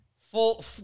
full